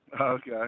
Okay